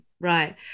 right